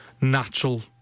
Natural